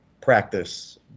practice